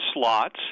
slots